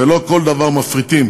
ולא כל דבר מפריטים.